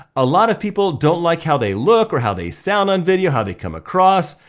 a lot of people don't like how they look or how they sound on video, how they come across,